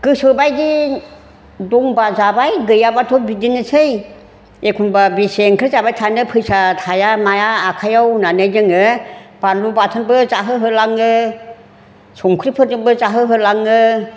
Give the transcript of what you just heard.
गोसोबायदि दंब्ला जाबाय गैयाब्लाथ' बिदिनोसै एखमब्ला बेसे ओंख्रि जाबाय थानो फैसा थाया माया आखाइयाव होननानै जोङो बानलु बाथोनबो जाहो होलाङो संख्रिफोरजोंबो जाहो होलाङो